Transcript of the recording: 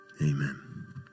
Amen